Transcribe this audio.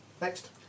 Next